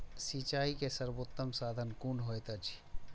सिंचाई के सर्वोत्तम साधन कुन होएत अछि?